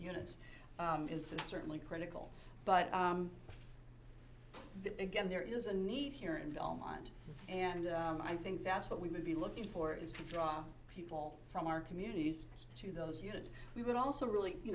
units is certainly critical but again there is a need here in belmont and i think that's what we would be looking for is to draw people from our communities to those units we would also really you